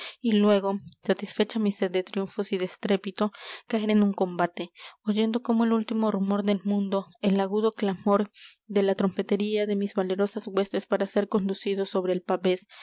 y luego satisfecha mi sed de triunfos y de estrépito caer en un combate oyendo como el último rumor del mundo el agudo clamor de la trompetería de mis valerosas huestes para ser conducido sobre el pavés